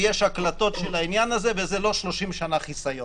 ויש הקלטות של העניין הזה וזה לא 30 שנה חיסיון.